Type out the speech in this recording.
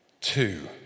two